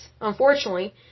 unfortunately